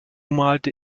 malte